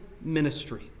ministry